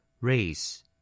race